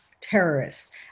terrorists